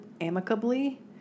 amicably